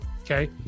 okay